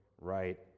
right